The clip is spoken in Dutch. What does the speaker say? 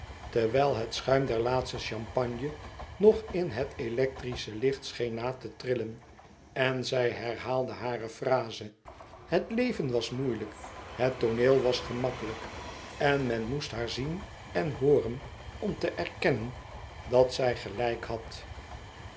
terwijl het schuim der laatste champagne nog in het electrische licht scheen na te trillen en zij herhaalde hare fraze het leven was moeilijk het tooneel was gemakkelijk en men moest haar zien en hooren om te erkennen dat zij gelijk had